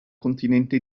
continente